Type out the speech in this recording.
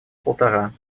полтора